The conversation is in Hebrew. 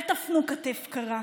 אל תפנו כתף קרה,